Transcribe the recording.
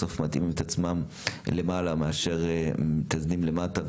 בסוף מתאימים את עצמם למעלה מאשר מתאזנים למטה,